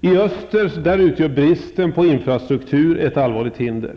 I öster utgör bristen på infrastruktur ett allvarligt hinder.